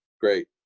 Great